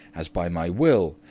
as by my will,